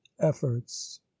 efforts